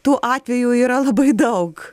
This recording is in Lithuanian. tų atvejų yra labai daug